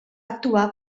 actuar